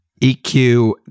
EQ